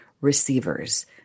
receivers